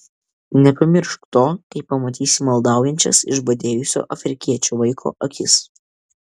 nepamiršk to kai pamatysi maldaujančias išbadėjusio afrikiečio vaiko akis